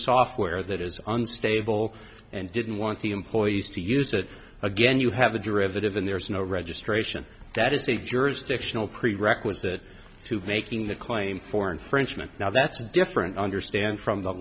software that is unstable and didn't want the employees to use it again you have a derivative and there is no registration that is a jurisdictional prerequisite to making the claim for an frenchman now that's different i understand from the